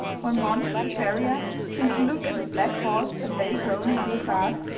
when bond, the farrier, came to look at the black horse that lay groaning on the grass,